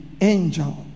angel